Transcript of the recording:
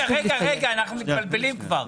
רגע, רגע, אנחנו מתבלבלים כבר.